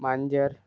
मांजर